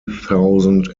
thousand